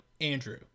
andrew